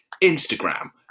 instagram